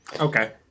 Okay